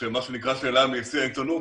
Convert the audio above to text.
מה שנקרא שאלה מיציע העיתונות,